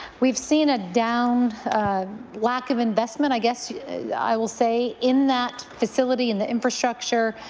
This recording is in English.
we have seen a down lack of investment, i guess yeah i will say, in that facility in the infrastructure,